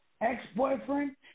ex-boyfriend